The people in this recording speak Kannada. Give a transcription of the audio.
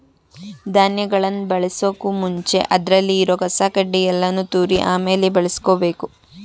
ಧಾನ್ಯಗಳನ್ ಬಳಸೋಕು ಮುಂಚೆ ಅದ್ರಲ್ಲಿ ಇರೋ ಕಸ ಕಡ್ಡಿ ಯಲ್ಲಾನು ತೂರಿ ಆಮೇಲೆ ಬಳುಸ್ಕೊಬೇಕು